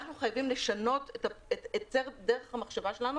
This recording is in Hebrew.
אנחנו חייבים לשנות את דרך המחשבה שלנו